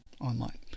online